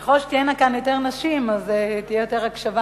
ככל שתהיינה כאן יותר נשים תהיה כאן יותר הקשבה,